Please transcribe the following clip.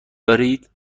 دارید